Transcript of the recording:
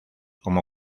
como